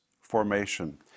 formation